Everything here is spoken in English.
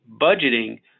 budgeting